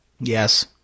Yes